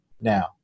now